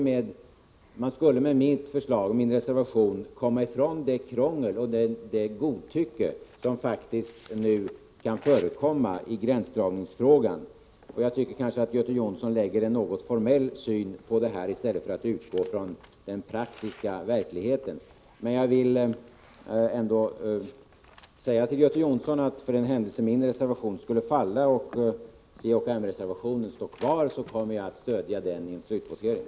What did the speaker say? Med mitt förslag, som också finns i reservationen, hade man kommit ifrån det krångel och det godtycke som nu kan förekomma i fråga om gränsdragningen. Göte Jonsson anlägger en något formell syn på detta, i stället för att utgå från den praktiska verkligheten. Jag vill ändå säga till Göte Jonsson, att för den händelse min reservation skulle falla och c-m-reservationen står kvar kommer jag att stödja den i en slutvotering.